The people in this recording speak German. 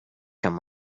kann